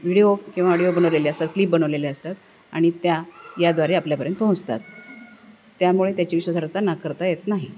video किंवा audio बनवलेले असतात क्लीप बनवलेले असतात आणि त्या याद्वारे आपल्यापर्यंत पोहोचतात त्यामुळे त्याची विश्वासार्हता नाकारता येत नाही